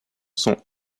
sont